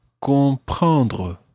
comprendre